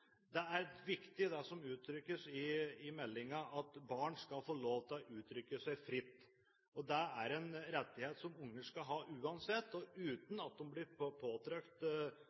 Det er viktig, det som uttrykkes i meldingen, at barn skal få lov til å uttrykke seg fritt. Det er en rettighet som unger skal ha uansett, og uten at de blir